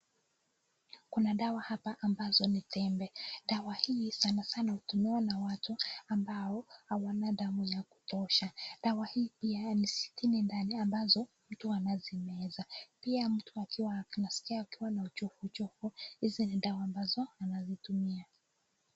Kuna dawa hapa ambazo ni tembe. Dawa hizi sana sana hutumiwa na watu ambao hawana damu ya kutosha Dawa hii pia ni zingine ndani ambazo mtu anazimeza. Pia mtu akiwa akisikia akiwa na uchovu uchovu hizi ni dawa ambazo anazitumia.